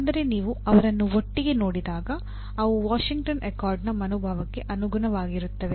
ಆದರೆ ನೀವು ಅವರನ್ನು ಒಟ್ಟಿಗೆ ನೋಡಿದಾಗ ಅವು ವಾಷಿಂಗ್ಟನ್ ಅಕಾರ್ಡ್ನ ಮನೋಭಾವಕ್ಕೆ ಅನುಗುಣವಾಗಿರುತ್ತವೆ